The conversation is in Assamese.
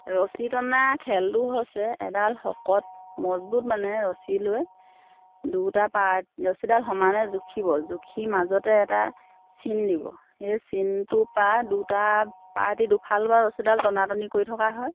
ৰছী টনা খেলটো হৈছে এডাল শকত মজবুত মানে ৰছী লৈ দুটা পাৰত ৰছীডাল সমানে জুখিব জুখি মাজতে এটা চিন দিব সেই চিনটোৰ পৰা দুটা পাৰ্টি দুফালোৰা ৰছীডাল টনা টনি কৰি থকা হয়